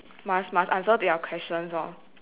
must must answer to your questions lor